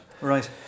Right